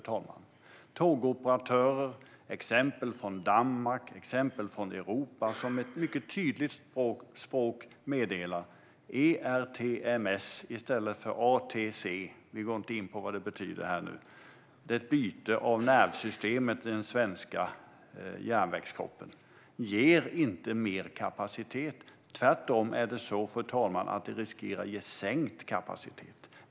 Vi har lyssnat på tågoperatörer och tittat på exempel från Danmark och Europa, och man meddelar med ett mycket tydligt språk att ERTMS i stället för ATC - vi går inte in på vad förkortningarna betyder - är ett byte av nervsystemet i den svenska järnvägskroppen och att det inte ger mer kapacitet. Tvärtom är det så, fru talman, att det riskerar att ge sänkt kapacitet.